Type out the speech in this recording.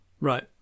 Right